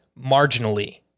marginally